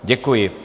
Děkuji.